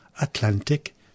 Atlantic